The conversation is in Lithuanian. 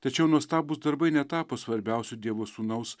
tačiau nuostabūs darbai netapo svarbiausiu dievo sūnaus